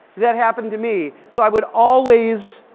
that happened to me. so i would always,